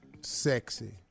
sexy